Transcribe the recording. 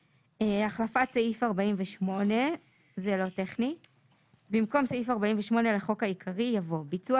החלפת סעיף 48 31. במקום סעיף 48 לחוק העיקרי יבוא: "ביצוע